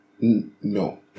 No